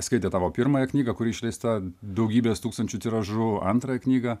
skaitė tavo pirmąją knygą kuri išleista daugybės tūkstančių tiražu antrąją knygą